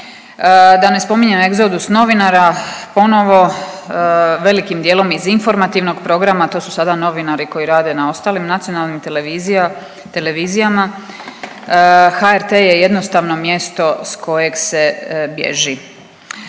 Da ne spominjem egzodus novinara ponovo velikim dijelom iz informativnog programa. To su sada novinari koji rade na ostalim nacionalnim televizijama. HRT je jednostavno mjesto sa kojeg se bježi.